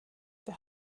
det